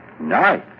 Nice